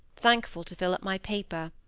thankful to fill up my paper.